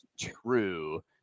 true